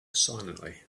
silently